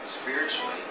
Spiritually